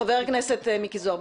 חבר הכנסת מיקי זוהר,